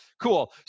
Cool